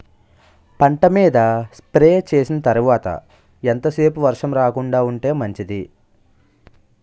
పంట మీద స్ప్రే చేసిన తర్వాత ఎంత సేపు వర్షం రాకుండ ఉంటే మంచిది?